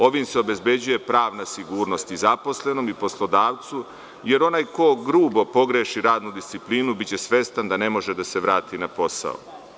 Ovim se obezbeđuje pravna sigurnost i zaposlenom i poslodavcu, jer onaj ko grubo pogreši radnu disciplinu biće svestan da ne može da se vrati na posao.